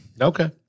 Okay